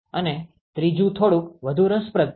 અને ત્રીજું થોડુંક વધુ રસપ્રદ છે